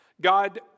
God